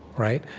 right?